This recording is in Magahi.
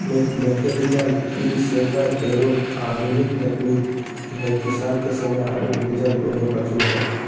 मैकेनिकल ट्री शेकर एगो आधुनिक तकनीक है किसान के समय आरो ऊर्जा दोनों बचो हय